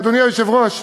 ואדוני היושב-ראש,